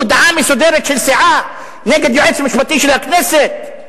הודעה מסודרת של סיעה נגד היועץ המשפטי של הכנסת.